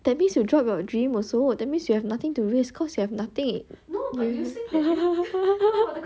that means you drop your dream also that means you have nothing to risk cause you have nothing you you